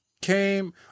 came